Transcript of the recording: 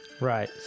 Right